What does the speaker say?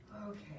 Okay